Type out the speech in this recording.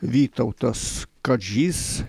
vytautas kadžys